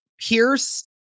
Pierce